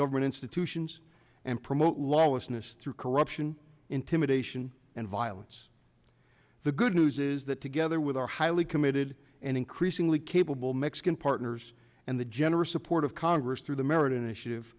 government institutions and promote lawlessness through corruption intimidation and violence the good news is that together with our highly committed and increasingly capable mexican partners and the generous support of congress through the merit initiative